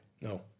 No